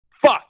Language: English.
Fuck